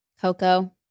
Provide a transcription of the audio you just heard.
Coco